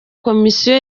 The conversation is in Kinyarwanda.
komisiyo